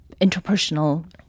interpersonal